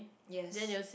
yes